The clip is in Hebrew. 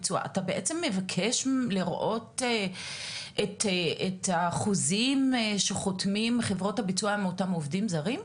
בעצם מבקש לראות את החוזים שחותמים חברות הביצוע עם אותם עובדים זרים?